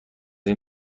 این